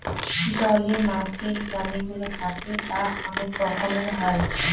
জলে মাছের প্রাণীগুলো থাকে তা অনেক রকমের হয়